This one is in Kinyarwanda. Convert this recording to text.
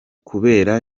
kubera